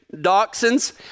dachshunds